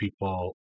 people